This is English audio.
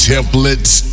Templates